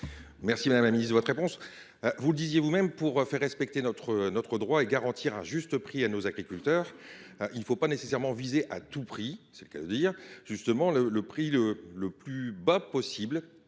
Madame la ministre, vous l’avez reconnu vous même, pour faire respecter notre droit et garantir un juste prix à nos agriculteurs, il ne faut pas nécessairement viser à tout prix – c’est le cas de le dire !– le prix le plus bas possible,